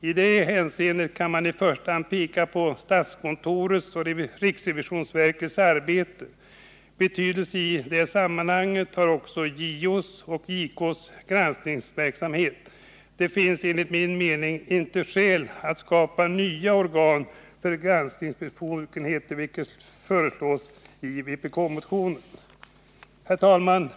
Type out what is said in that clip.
I detta hänseende kan man i första hand peka på statskontorets och riksrevisionsverkets arbete. Betydelse i det sammanhanget har också JO:s och JK:s granskningsverksamhet. Det finns enligt min mening inte skäl att tillskapa de nya organ med granskningsbefogenheter som föreslås i vpkmotionen. Herr talman!